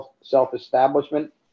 self-establishment